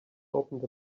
opened